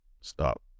stop